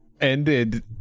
ended